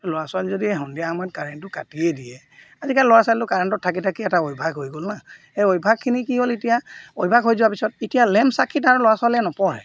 ল'ৰা ছোৱালী যদি সন্ধিয়া সময়ত কাৰেণ্টটো কাটিয়ে দিয়ে আজিকালি ল'ৰা ছোৱালীটো কাৰেণ্টত থাকি থাকি এটা অভ্যাস হৈ গ'ল না সেই অভ্যাসখিনি কি হ'ল এতিয়া অভ্যাস হৈ যোৱাৰ পিছত এতিয়া লেম্প চাকিত আৰু ল'ৰা ছোৱালীয়ে নপঢ়ে